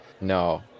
No